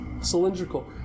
cylindrical